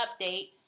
update